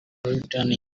returning